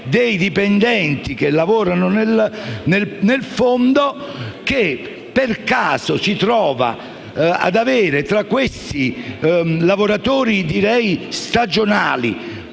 dei dipendenti che lavorano nel fondo e che per caso si trova ad avere, tra questi lavoratori stagionali,